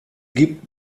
gibt